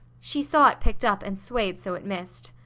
she saw it picked up and swayed so it missed.